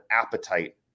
appetite